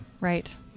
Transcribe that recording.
Right